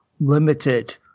limited